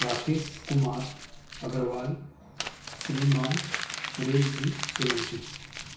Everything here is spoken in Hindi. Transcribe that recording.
राकेश कुमार अग्रवाल श्रीमान सुरेश जी सोलंकी